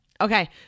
okay